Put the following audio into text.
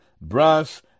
brass